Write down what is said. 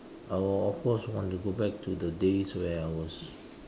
I will of course want to go back to the days where I was